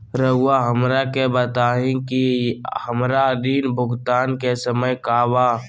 रहुआ हमरा के बताइं कि हमरा ऋण भुगतान के समय का बा?